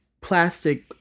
plastic